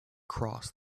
cross